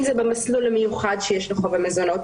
אם זה במסלול המיוחד שיש לחוב המזונות,